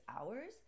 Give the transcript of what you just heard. hours